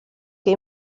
que